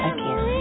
Again